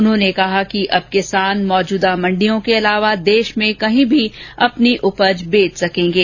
उन्होंने कहा कि अब किसान मौजूदा मंडियों के अलावा देश में कहीं भी अपनी उपज बेच सकेंगे